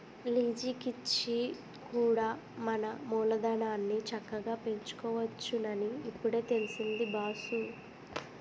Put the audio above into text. లీజికిచ్చి కూడా మన మూలధనాన్ని చక్కగా పెంచుకోవచ్చునని ఇప్పుడే తెలిసింది బాసూ